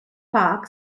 park